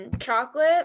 chocolate